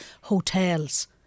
Hotels